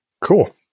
Cool